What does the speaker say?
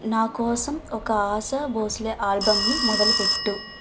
నా కోసం ఒక ఆశా బోస్లే ఆల్బమ్ని మొదలుపెట్టు